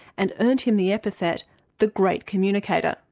and earned him the epithet the great communicator.